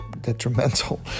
detrimental